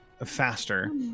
faster